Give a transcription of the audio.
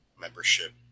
membership